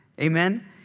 Amen